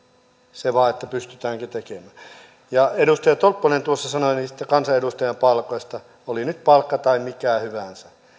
se vaan että pystytäänkö tekemään edustaja tolppanen tuossa sanoi niistä kansanedustajien palkoista oli nyt palkka tai mikä hyvänsä